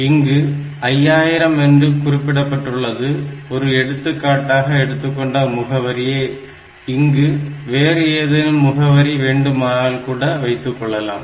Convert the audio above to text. இங்கு 5000 என்று குறிப்பிடப்பட்டுள்ளது ஒரு எடுத்துக்காட்டாக எடுத்துக்கொண்ட முகவரியே இங்கு வேறு ஏதேனும் முகவரி வேண்டுமானால் கூட வைத்துக்கொள்ளலாம்